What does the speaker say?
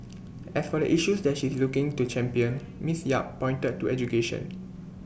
as for issues that she is looking to champion miss yap pointed to education